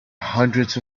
hundreds